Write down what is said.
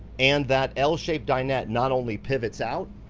and that l-shaped dinette not only pivots out,